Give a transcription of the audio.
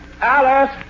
Alice